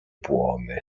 błony